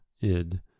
id